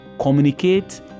Communicate